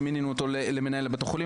שמינינו אותו למנהל בית החולים,